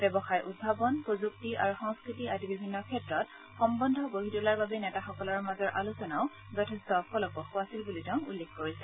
ব্যৱসায় উদ্ভাৱন প্ৰযুক্তি আৰু সংস্থতি আদি বিভিন্ন ক্ষেত্ৰত সম্বন্ধ গঢ়ি তোলাৰ বাবে নেতাসকলৰ মাজৰ আলোচনাও যথেষ্ট ফলপ্ৰসু আছিল বুলিও তেওঁ উল্লেখ কৰিছে